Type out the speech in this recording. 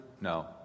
no